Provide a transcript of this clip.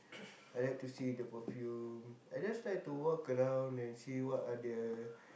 I like to see the perfume I just like to walk around and see what are the